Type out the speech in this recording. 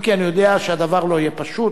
אם כי אני יודע שהדבר לא יהיה פשוט.